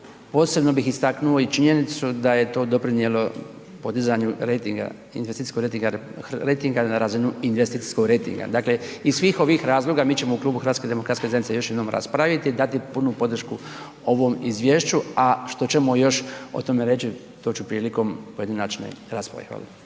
posebno bih istaknuo činjenicu da je to doprinijelo podizanju rejtinga, investicijskog rejtinga na razinu investicijskog rejtinga. Dakle, i iz svih ovih razloga, mi ćemo u klubu HDZ-a još raspraviti, dati punu podršku ovom izvješću a što ćemo još o tome reći, to ću prilikom u pojedinačnoj raspravi, hvala.